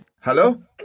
Hello